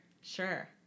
Sure